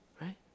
right